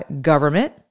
government